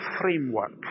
framework